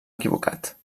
equivocat